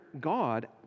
God